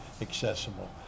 accessible